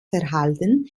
verhalten